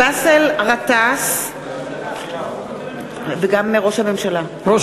(קוראת בשמות חברי הכנסת) באסל גטאס, ראש הממשלה.